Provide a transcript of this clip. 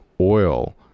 oil